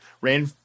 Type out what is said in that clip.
Ran